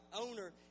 owner